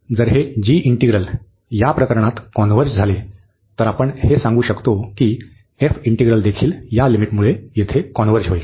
जर हे g integral या प्रकरणात कॉन्व्हर्ज झाले तर आपण हे सांगू शकतो की f इंटिग्रलदेखील या लिमिटमुळे येथे कॉन्व्हर्ज होईल